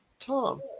Tom